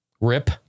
RIP